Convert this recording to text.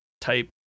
type